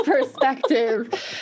perspective